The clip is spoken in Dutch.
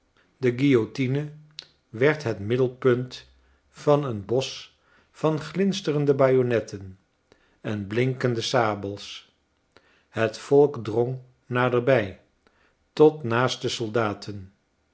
de guillotine werd het rhiddelpunt van een bosch van glinsterende bajonetten en blinkende sabels het volk drong naderbij tot naast de soldaten